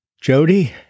Jody